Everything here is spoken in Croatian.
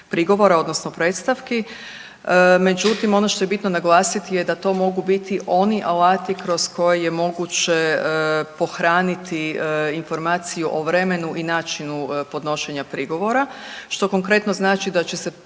prigovora odnosno predstavki. Međutim, ono što je bitno naglasit je da to mogu biti oni alati kroz koje je moguće pohraniti informaciju o vremenu i načinu podnošenja prigovora, što konkretno znači da će se